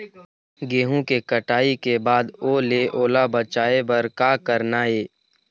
गेहूं के कटाई के बाद ओल ले ओला बचाए बर का करना ये?